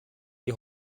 die